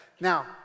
Now